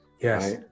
Yes